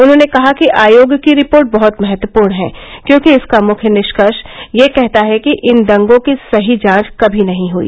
उन्होंने कहा कि आयोग की रिपोर्ट बहृत महत्वपूर्ण है क्योंकि इसका मुख्य निष्कर्ष यह कहता है कि इन दंगों की सही जांच कभी नहीं हई